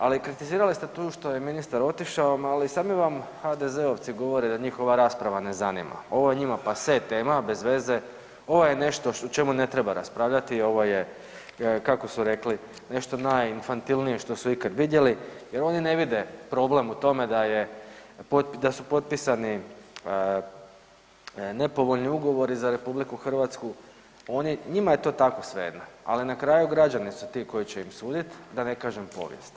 Ali kritizirali ste tu što je ministar otišao, ali i sami vam HDZ-ovci govore da njih ova rasprava ne zanima, ovo je njima pase tema, bez veze, ovo je nešto o čemu ne treba raspravljati, ovo je, kako su rekli, nešto najinfantilnije što su ikad vidjeli jer oni ne vide problem u tome da je, da su potpisani nepovoljni ugovori za RH, oni, njima je to tako svejedno, ali na kraju građani su ti koji će im sudit, da ne kažem povijest.